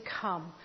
come